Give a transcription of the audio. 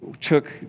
took